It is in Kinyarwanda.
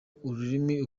ururimi